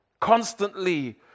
constantly